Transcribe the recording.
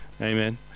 amen